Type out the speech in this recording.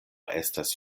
estas